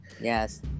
yes